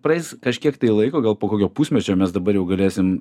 praeis kažkiek laiko gal po kokio pusmečio mes dabar jau galėsim